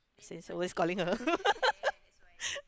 he's always calling her